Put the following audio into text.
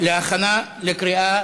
להכנה לקריאה